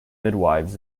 midwifes